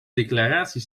declaratie